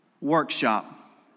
workshop